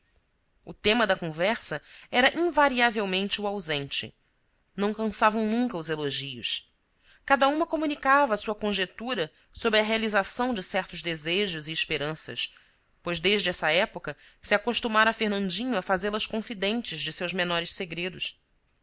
o tema da conversa era invariavelmente o ausente não cansavam nunca os elogios cada uma comunicava sua conjetura sobre a realização de certos desejos e esperanças pois desde essa época se acostumara fernandinho a fazê-las confidentes de seus menores segredos